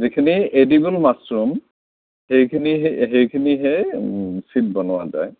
যিখিনি edible mushroom সেইখিনিহে সেইখিনিহে ছিদ বনোৱা যায়